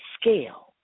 scale